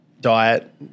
diet